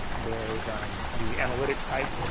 there's um the analytics type?